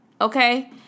Okay